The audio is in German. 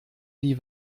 die